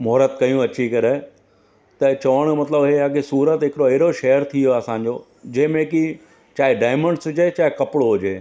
महूरत कयूं अची करे त चवण जो मतिलबु हे आहे की सूरत हिकिड़ो अहिड़ो शहरु थी वयो आहे असांजो जंहिंमें की चाहे डायमंड्स हुजे चाहे कपिड़ो हुजे